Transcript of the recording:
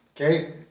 okay